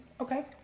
Okay